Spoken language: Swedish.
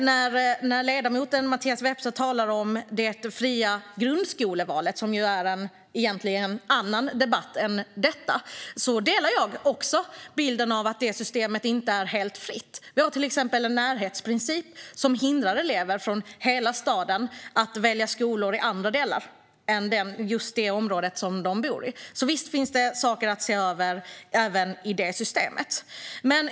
När ledamoten Mattias Vepsä talar om det fria grundskolevalet - som egentligen hör hemma i en annan debatt än denna - delar jag bilden att valet i det systemet inte är helt fritt. Vi har till exempel en närhetsprincip som hindrar elever från hela staden att välja skolor i andra delar än i just det område där de bor. Visst finns det saker att se över även i det systemet.